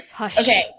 Okay